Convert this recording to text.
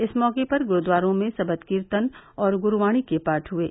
इस मौके पर गुरूद्वारों में सबद कीर्तन और गुरूवाणी के पाठ हुये